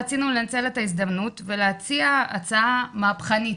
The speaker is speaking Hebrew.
רצינו לנצל את ההזדמנות ולהציע הצעה מהפכנית,